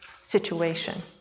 situation